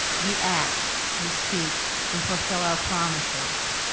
we act, we speak, we fulfill our promises.